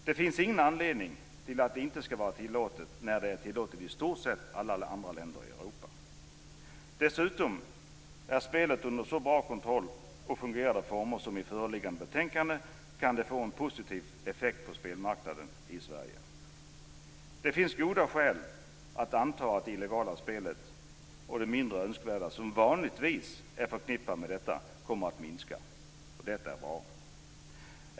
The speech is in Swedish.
Det finns ingen anledning att det inte skall vara tillåtet när det är tillåtet i alla andra länder i Europa i stort sett. Är spelet dessutom under så bra kontroll som föreslås i föreliggande betänkande kan det få en positiv effekt på spelmarknaden i Sverige. Det finns goda skäl att anta att det illegala och mindre önskvärda spelet, som vanligtvis är förknippade med detta, kommer att minska. Det är bra.